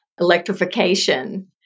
electrification